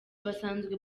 basanzwe